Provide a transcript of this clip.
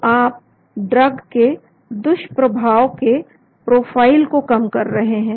तो आप ड्रग के दुष्प्रभाव के प्रोफाइल को कम कर रहे हैं